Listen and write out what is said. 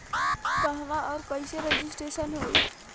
कहवा और कईसे रजिटेशन होई?